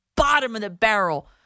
bottom-of-the-barrel